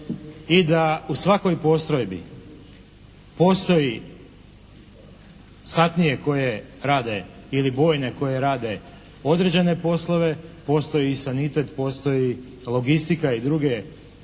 i da u svakoj postrojbi postoji satnije koje rade ili bojne koje rade određene poslove, postoji i sanitet, postoji logistika i drugi